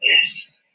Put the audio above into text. Yes